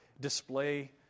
display